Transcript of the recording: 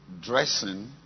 dressing